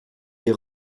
lès